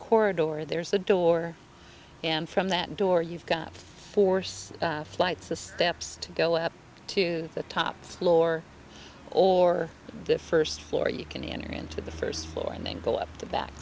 corridor or there's a door and from that door you've got force flights the steps to go up to the top floor or the first floor you can enter into the first floor and then go up t